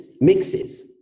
mixes